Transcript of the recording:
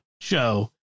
show